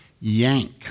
yank